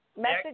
Message